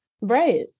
right